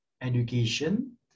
education